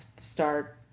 start